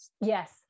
Yes